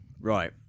Right